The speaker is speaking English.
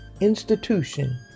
institution